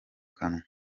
kanwa